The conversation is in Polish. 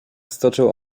stoczył